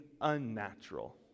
unnatural